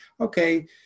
Okay